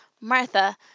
Martha